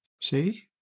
See